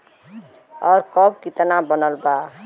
और अब कितना बनल बा?